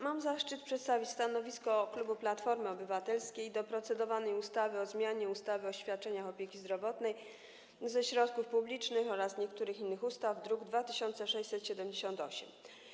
Mam zaszczyt przedstawić stanowisko klubu Platformy Obywatelskiej w sprawie procedowanego projektu ustawy o zmianie ustawy o świadczeniach opieki zdrowotnej finansowanych ze środków publicznych oraz niektórych innych ustaw, druk nr 2678.